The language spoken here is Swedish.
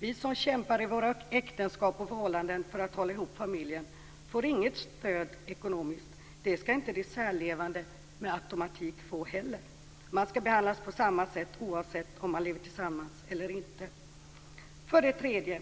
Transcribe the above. Vi som kämpar i våra äktenskap och förhållanden för att hålla ihop familjen får inget stöd ekonomiskt. Det skall inte de särlevande med automatik få heller. Man skall behandlas på samma sätt oavsett om man lever tillsammans eller inte. För det tredje